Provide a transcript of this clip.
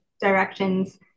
directions